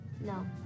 No